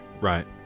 Right